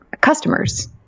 customers